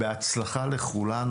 בהצלחה לכולנו.